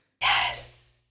Yes